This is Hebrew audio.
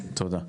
תודה,